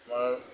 আমাৰ